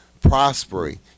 Prospering